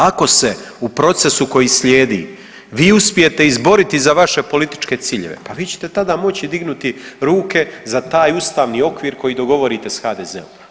Ako se u procesu koji slijedi vi uspijete izboriti za vaše političke ciljeve, pa vi ćete tada moći dignuti ruke za taj ustavni okvir koji dogovorite s HDZ-om.